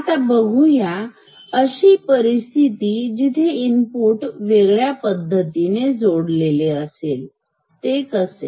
आता बघूया अशी परिस्थिती जिथे इनपुट वेगळ्या पद्धतीने जोडलेले असेल ते कसे